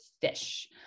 fish